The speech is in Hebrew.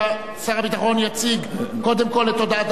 שר הביטחון יציג קודם כול את הודעת הממשלה,